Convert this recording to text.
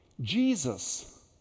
Jesus